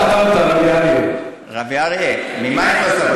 שוחחתי גם עם ידידי אריה דרעי עכשיו,